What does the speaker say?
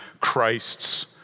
Christ's